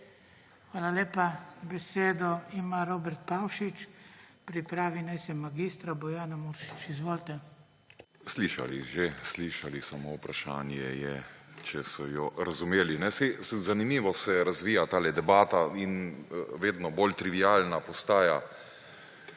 Hvala lepa. Besedo ima Robert Pavšič, pripravi naj se mag. Bojana Muršič. Izvolite. **ROBERT PAVŠIČ (PS LMŠ):** Slišali že, slišali, samo vprašanje je, če so jo razumeli. Zanimivo se razvija tale debata in vedno bolj trivialna postaja.